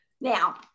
Now